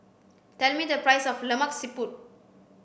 tell me the price of lemak siput